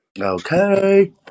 Okay